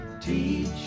Teach